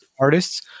artists